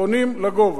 בונים לגובה.